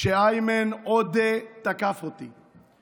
כשאיימן עודה תקף אותי,